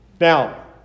Now